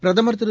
பிரதமர் திரு